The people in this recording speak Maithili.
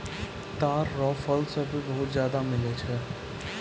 ताड़ रो फल से भी बहुत ज्यादा मिलै छै